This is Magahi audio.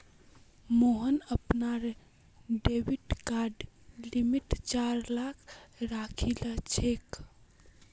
मोहन अपनार डेबिट कार्डेर लिमिट चार लाख राखिलछेक